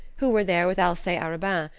who were there with alcee arobin,